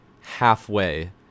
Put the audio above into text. halfway